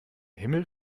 himmel